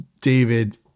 David